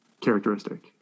characteristic